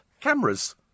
cameras